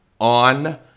on